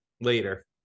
later